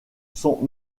sont